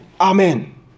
Amen